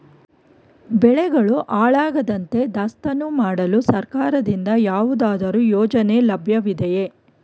ಬೆಳೆಗಳು ಹಾಳಾಗದಂತೆ ದಾಸ್ತಾನು ಮಾಡಲು ಸರ್ಕಾರದಿಂದ ಯಾವುದಾದರು ಯೋಜನೆ ಲಭ್ಯವಿದೆಯೇ?